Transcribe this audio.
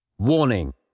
Warning